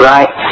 Right